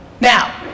Now